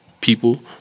people